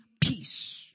peace